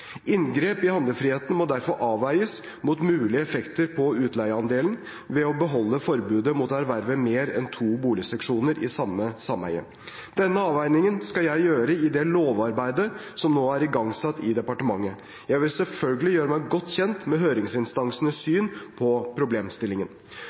Inngrep i handlefriheten må derfor avveies mot mulige effekter på utleieandelen ved å beholde forbudet mot å erverve mer enn to boligseksjoner i samme sameie. Denne avveiningen skal jeg gjøre i det lovarbeidet som nå er igangsatt i departementet. Jeg vil selvfølgelig gjøre meg godt kjent med høringsinstansenes syn på problemstillingen.